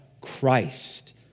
Christ